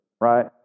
right